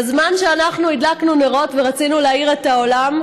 בזמן שאנחנו הדלקנו נרות ורצינו להאיר את העולם,